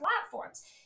platforms